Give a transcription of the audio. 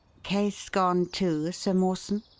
case gone, too, sir mawson?